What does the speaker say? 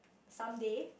someday